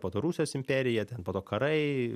po to rusijos imperija ten po to karai